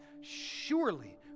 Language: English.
surely